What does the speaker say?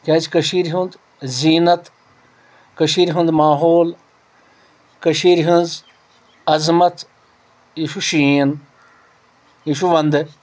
کیٛازِ کٔشیٖرِ ہُنٛد زیٖنت کٔشیٖرِ ہُنٛد ماحول کٔشیٖرِ ہٕنٛز عظمت یہِ چھُ شیٖن یہِ چھُ ونٛدٕ